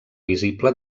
visible